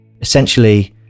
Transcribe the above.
essentially